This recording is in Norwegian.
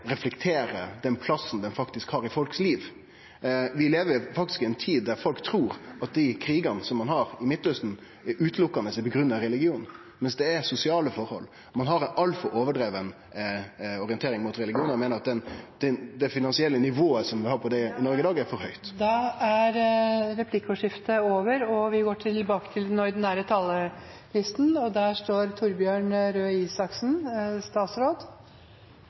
reflekterer den plassen han faktisk har i folks liv. Vi lever faktisk i ei tid der folk trur at krigane ein har i Midtausten, utelukkande er grunna i religion – medan det er sosiale forhold som gjer det. Ein har ei altfor overdriven orientering mot religion, og eg meiner at det finansielle nivået som vi har på det i dag, er for høgt. Replikkordskiftet er over. Budsjettet vi behandler i dag, er et budsjett for arbeid, aktivitet og